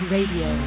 Radio